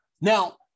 Now